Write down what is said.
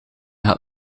gaat